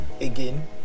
again